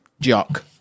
Jock